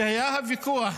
כשהיה הוויכוח